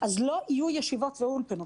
אז לא יהיו ישיבות ואולפנות.